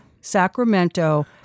Sacramento